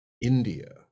india